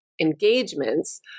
engagements